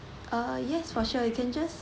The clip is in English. uh yes for sure you can just